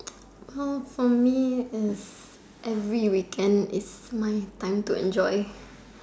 uh for me it's weekend is my time to enjoy